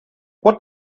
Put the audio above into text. what